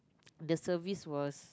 the service was